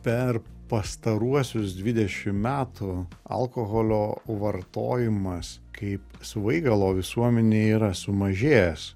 per pastaruosius dvidešim metų alkoholio vartojimas kaip svaigalo visuomenėj yra sumažėjęs